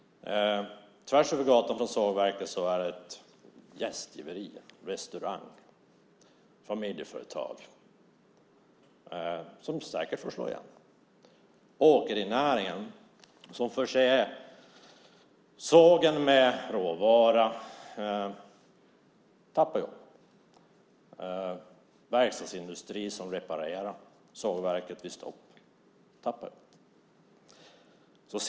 Tvärsöver gatan från sågverket finns ett gästgiveri, en restaurang. Det är ett familjeföretag, som säkert får slå igen. Åkerinäringen, som förser sågen med råvara, tappar jobb. Verkstadsindustrin, som reparerar sågverket vid stopp, tappar jobb.